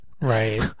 Right